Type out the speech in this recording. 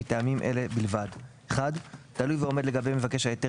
מטעמים אלה בלבד: תלוי ועומד לגבי מבקש ההיתר